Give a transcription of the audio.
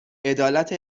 عدالت